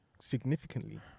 significantly